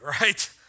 right